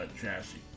chassis